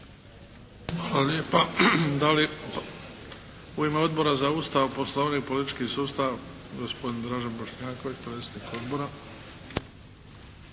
Hvala lijepa. Da li u ime Odbora za Ustav, Poslovnik, politički sustav, gospodin Dražen Bošnjaković predsjednik odbora?